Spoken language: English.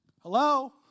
Hello